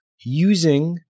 using